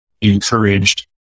encouraged